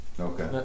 Okay